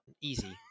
easy